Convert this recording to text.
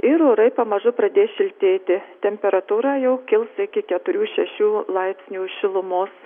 ir orai pamažu pradės šiltėti temperatūra jau kils iki keturių šešių laipsnių šilumos